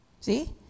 See